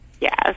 Yes